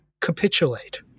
capitulate